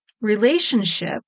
relationship